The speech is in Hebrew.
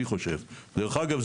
דרך אגב,